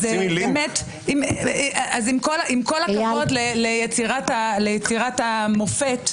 עם כל הכבוד ליצירת המופת,